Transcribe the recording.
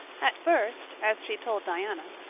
at first, as she told diana,